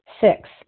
Six